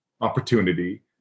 opportunity